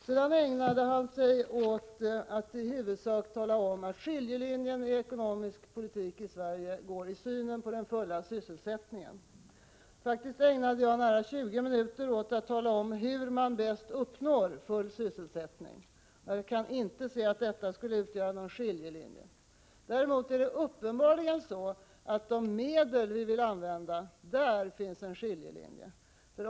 Sedan ägnade han sig åt att i huvudsak tala om att skiljelinjen i ekonomisk Politik i Sverige går i synen på den fulla sysselsättningen. Faktiskt ägnade jag nära 20 minuter åt att tala om hur man bäst uppnår full sysselsättning. Jag kan inte se att detta skulle utgöra någon skiljelinje. Däremot finns det uppenbarligen en skiljelinje i fråga om de medel vi vill använda.